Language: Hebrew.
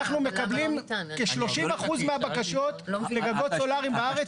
כ-30% מהבקשות לגגות סולאריים בארץ נדחות.